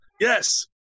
Yes